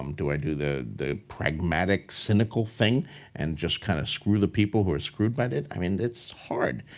um do i do the the pragmatic, cynical thing and just kind of screw the people who are screwed by it? i mean, it's hard.